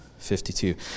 52